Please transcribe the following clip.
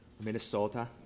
Minnesota